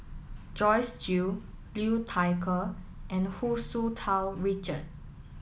Joyce Jue Liu Thai Ker and Hu Tsu Tau Richard